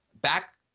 Back